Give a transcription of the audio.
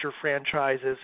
franchises